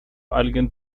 alguien